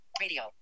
Radio